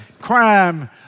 crime